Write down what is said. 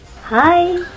Hi